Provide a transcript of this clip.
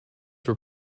were